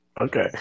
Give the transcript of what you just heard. Okay